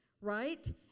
right